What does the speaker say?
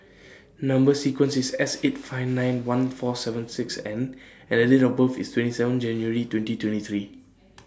Number sequence IS S eight five nine one four seven six N and Date of birth IS twenty seven January twenty twenty three